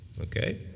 okay